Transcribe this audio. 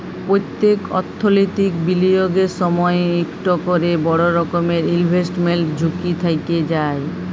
প্যত্তেক অথ্থলৈতিক বিলিয়গের সময়ই ইকট ক্যরে বড় রকমের ইলভেস্টমেল্ট ঝুঁকি থ্যাইকে যায়